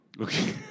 Okay